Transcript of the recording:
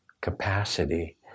capacity